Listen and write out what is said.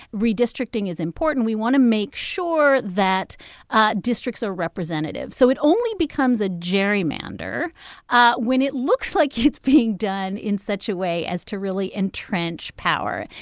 redistricting is important. we want to make sure that districts are representative. so it only becomes a gerrymander ah when it looks like it's being done in such a way as to really entrench power.